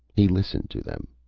he listened to them.